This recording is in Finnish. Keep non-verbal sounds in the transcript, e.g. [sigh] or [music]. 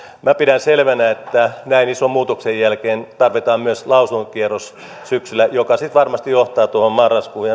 minä pidän selvänä että näin ison muutoksen jälkeen tarvitaan myös lausuntokierros syksyllä joka sitten varmasti johtaa tuohon marraskuuhun [unintelligible]